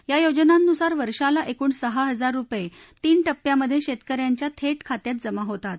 या योजनांनुसार वर्षाला एकूण सहा हजार रुपये तीन टप्प्यामधे शेतकऱ्यांच्या थेट खात्यात जमा होतात